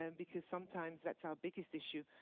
um because sometimes, that's our biggest issue.